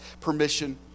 permission